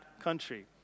country